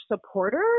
supporter